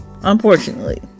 Unfortunately